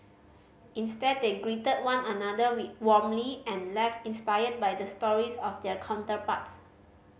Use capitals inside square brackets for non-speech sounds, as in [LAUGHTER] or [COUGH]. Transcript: instead they greeted one another [UNINTELLIGIBLE] warmly and left inspired by the stories of their counterparts